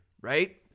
right